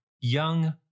young